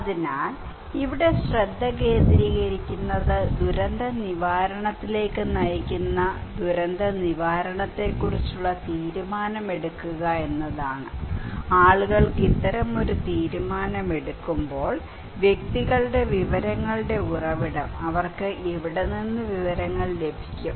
അതിനാൽ ഇവിടെ ശ്രദ്ധ കേന്ദ്രീകരിക്കുന്നത് ദുരന്ത നിവാരണത്തിലേക്ക് നയിക്കുന്ന ദുരന്ത നിവാരണത്തെക്കുറിച്ചുള്ള തീരുമാനം എടുക്കുക എന്നതാണ് ആളുകൾക്ക് ഇത്തരമൊരു തീരുമാനം എടുക്കുമ്പോൾ വ്യക്തികളുടെ വിവരങ്ങളുടെ ഉറവിടം അവർക്ക് എവിടെ നിന്ന് വിവരങ്ങൾ ലഭിക്കും